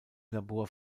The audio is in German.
labor